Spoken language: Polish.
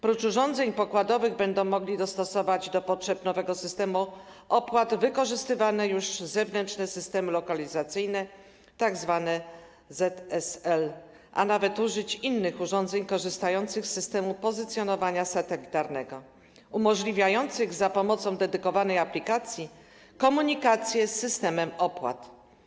Prócz urządzeń pokładowych będą mogli dostosować do potrzeb nowego systemu opłat wykorzystywane już zewnętrzne systemy lokalizacyjne, tzw. ZSL, a nawet użyć innych urządzeń korzystających z systemu pozycjonowania satelitarnego, umożliwiających za pomocą dedykowanej aplikacji komunikację z systemem opłat.